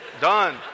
Done